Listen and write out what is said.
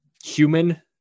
human